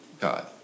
God